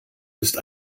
ist